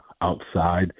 outside